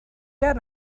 yet